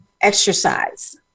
exercise